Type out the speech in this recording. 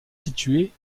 située